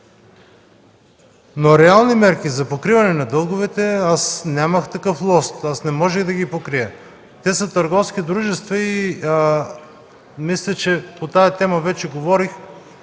Реални мерки за покриване на дълговете – нямах такъв лост, не можех да ги покрия. Те са търговски дружества, мисля че по тази тема вече говорих,